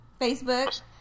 Facebook